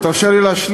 תן לי, תרשה לי להשלים.